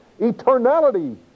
Eternality